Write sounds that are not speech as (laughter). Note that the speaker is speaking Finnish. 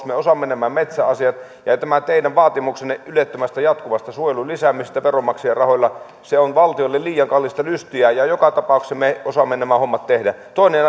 (unintelligible) me osaamme nämä metsäasiat ja ja tämä teidän vaatimuksenne ylettömästä jatkuvasta suojelun lisäämisestä veronmaksajien rahoilla on valtiolle liian kallista lystiä joka tapauksessa me osaamme nämä hommat tehdä toinen (unintelligible)